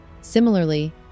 Similarly